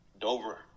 Dover